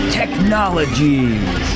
technologies